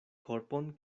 korpon